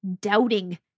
doubting